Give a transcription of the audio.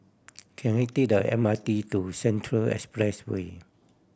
can I take the M R T to Central Expressway